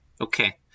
Okay